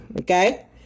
okay